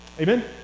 Amen